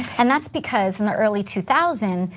and that's because in the early two thousand